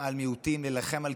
להילחם על קהילות.